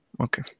Okay